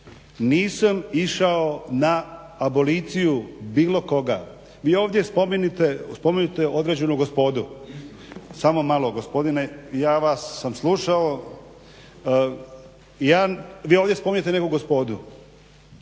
nisam išao na aboliciju bilo koga. Vi ovdje spominjete određenu gospodu. Samo malo gospodin ja sam vas slušao. Vi ovdje spominjete neku gospodu,